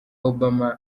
obama